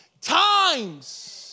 times